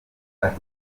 ati